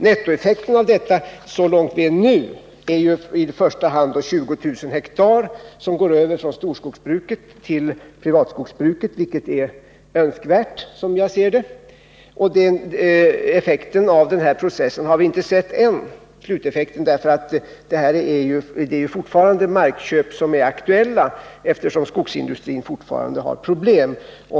Nettoeffekten av detta är i första hand att 20 000 hektar nu övergår från storskogsbruk till privatskogsbruk — vilket är önskvärt, som jag ser det — men sluteffekten av den processen har vi inte sett än. Fortfarande är vissa markköp aktuella, eftersom skogsindustrin fortfarande har problem.